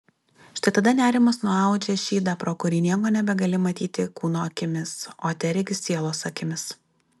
štai tada nerimas nuaudžia šydą pro kurį nieko nebegali matyti kūno akimis o teregi sielos akimis